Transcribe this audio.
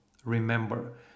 Remember